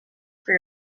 for